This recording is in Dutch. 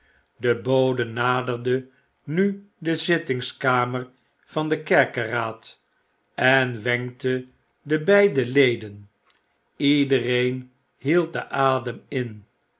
de bode naderde nu de zittingskamer van den kerkeraad en wenkte de beide leden iedereen hield den adem in